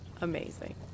Amazing